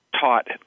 taught